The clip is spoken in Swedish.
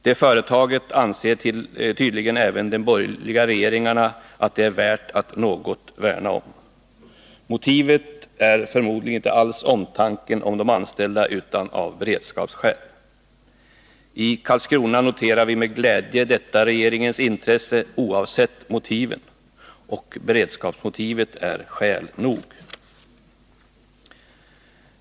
Det företaget anser tydligen även de borgerliga regeringarna att det är värt att något värna om. Motivet är förmodligen inte alls omtanken om de anställda utan beredskapssynpunkter. I Karlskrona noterar vi med glädje detta regeringens intresse, oavsett motiven, och beredskapsmotivet är skäl nog.